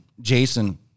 Jason